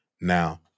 Now